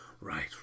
Right